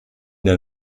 der